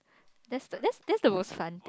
that's the that's that's the most fun